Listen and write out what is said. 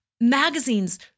magazines